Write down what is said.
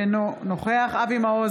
אינו נוכח אבי מעוז,